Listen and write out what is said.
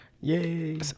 yay